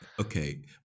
Okay